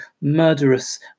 murderous